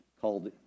called